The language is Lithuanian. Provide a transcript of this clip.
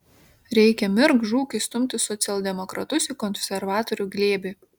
reikia mirk žūk įstumti socialdemokratus į konservatorių glėbį